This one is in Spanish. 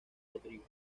rodrigo